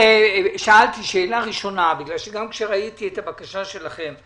שאלתי שאלה ראשונה, כי גם כשראיתי את הבקשה שלכם,